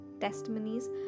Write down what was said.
testimonies